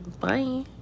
bye